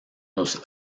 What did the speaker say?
los